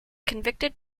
convicted